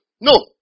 No